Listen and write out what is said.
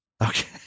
Okay